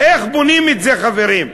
איך בונים את זה, חברים?